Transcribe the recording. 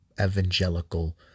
Evangelical